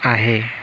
आहे